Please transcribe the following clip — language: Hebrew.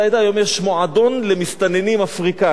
היום יש מועדון למסתננים אפריקנים.